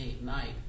night